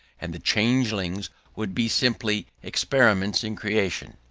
and the changelings would be simply experiments in creation.